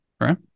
right